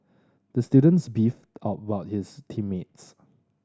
the students beefed about his team mates